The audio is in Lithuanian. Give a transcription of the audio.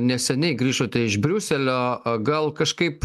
neseniai grįžote iš briuselio gal kažkaip